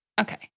Okay